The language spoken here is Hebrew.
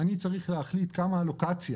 אני צריך להחליט כמה לוקציה,